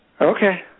Okay